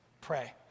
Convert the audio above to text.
pray